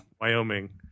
Wyoming